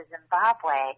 Zimbabwe